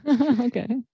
Okay